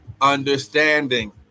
Understanding